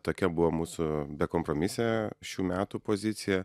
tokia buvo mūsų bekompromisė šių metų pozicija